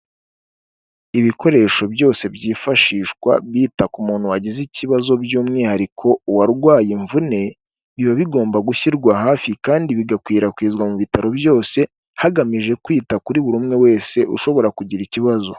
Ibikoresho byose byifashishwa bita ku muntu wagize ikibazo by'umwihariko uwarwaye imvune, biba bigomba gushyirwa hafi kandi bigakwirakwizwa mu bitaro byose hagamijwe kwita kuri buri umwe wese ushobora kugira ikibazo.